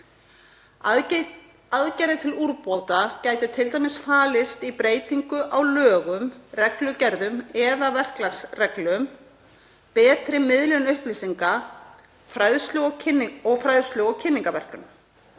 Aðgerðir til úrbóta gætu t.d. falist í breytingu á lögum, reglugerðum eða verklagsreglum, betri miðlun upplýsinga og fræðslu- og kynningarverkefnum.